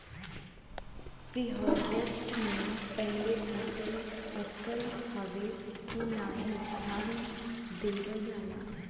preharvest से पहिले फसल पकल हउवे की नाही ध्यान देवल जाला